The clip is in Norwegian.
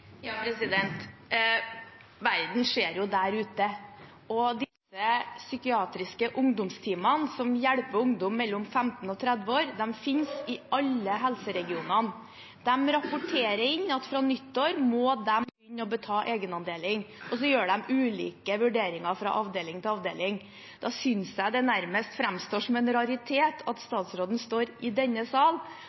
Verden skjer jo der ute, og de psykiatriske ungdomsteamene som hjelper ungdom mellom 15 og 30 år, finnes i alle helseregionene. De rapporterer inn at fra nyttår må de begynne å ta inn egenandel, og så gjør de ulike vurderinger fra avdeling til avdeling. Da synes jeg det nærmest framstår som en raritet at statsråden står i denne sal